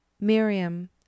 Miriam